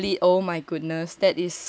oh my goodness that is